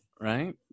right